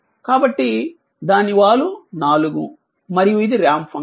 కాబట్టి దాని వాలు 4 మరియు ఇది రాంప్ ఫంక్షన్